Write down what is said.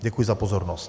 Děkuji za pozornost.